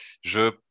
je